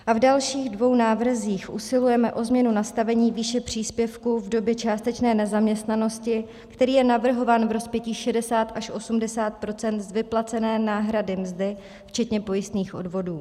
V dalších dvou návrzích usilujeme o změnu nastavení výše příspěvku v době částečné nezaměstnanosti, který je navrhován v rozpětí 60 až 80 % z vyplacené náhrady mzdy včetně pojistných odvodů.